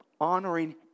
Honoring